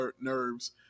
nerves